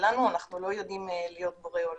שלנו אנחנו לא יודעים להיות בוראי עולם,